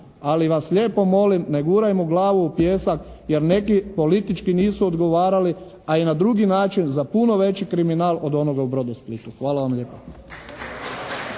ali vas lijepo molim ne gurajmo glavu u pijesak jer neki politički nisu odgovarali a i na drugi način za puno veći kriminal od onoga u Brodosplitu. Hvala vam lijepo.